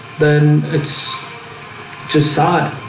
then it's just sad